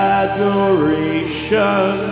adoration